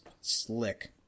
slick